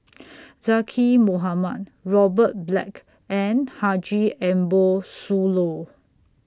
Zaqy Mohamad Robert Black and Haji Ambo Sooloh